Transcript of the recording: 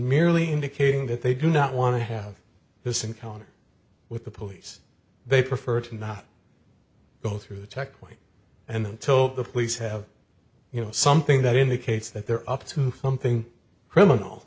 merely indicating that they do not want to have this encounter with the police they prefer to not go through the checkpoint and until the police have you know something that indicates that there are up to from thing criminal